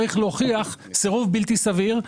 אני צריך להוכיח סירוב בלתי סביר.